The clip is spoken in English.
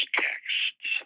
texts